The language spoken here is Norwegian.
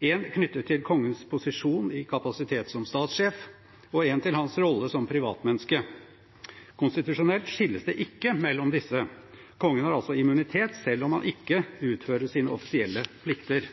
én knyttet til kongens posisjon i kapasitet som statssjef og én til hans rolle som privatmenneske. Konstitusjonelt skilles det ikke mellom disse – kongen har altså immunitet selv om han ikke utfører sine offisielle plikter.